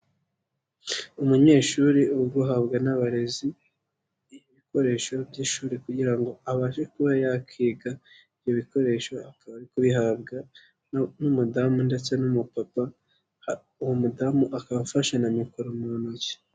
Umunyeshuri uri guhabwa n'abarezi ibikoresho by'ishuri kugira ngo abashe kuba yakiga, ibyo bikoresho akaba ari kubihabwa n'umudamu ndetse n'umupapa, uwo mudamu akaba afasha na mikoro mu ntoki.